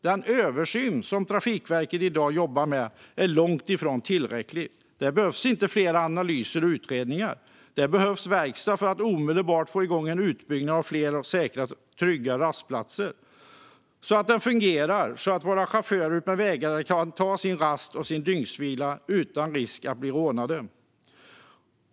Den översyn som Trafikverket i dag jobbar med är långt ifrån tillräcklig. Det behövs inte fler analyser och utredningar. Det behövs verkstad för att omedelbart få igång en utbyggnad av fler säkra och trygga rastplatser, så att det fungerar och så att våra chaufförer utmed vägarna kan ta sin rast och få sin dygnsvila utan risk att bli rånade.